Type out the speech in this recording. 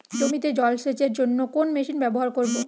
জমিতে জল সেচের জন্য কোন মেশিন ব্যবহার করব?